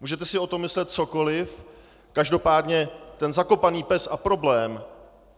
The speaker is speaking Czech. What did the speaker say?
Můžete si o tom myslet cokoli, každopádně ten zakopaný pes a problém